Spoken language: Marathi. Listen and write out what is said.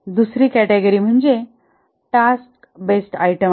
दुसरी कॅटेगरी म्हणजे टास्क बेस्ड आयटम आहेत